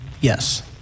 yes